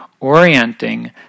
orienting